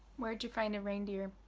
where d'ya find a reindeer?